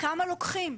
כמה לוקחים.